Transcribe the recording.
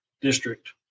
district